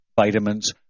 vitamins